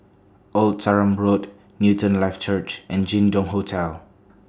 Old Sarum Road Newton Life Church and Jin Dong Hotel